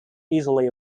easily